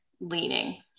leaning